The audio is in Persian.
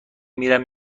میرم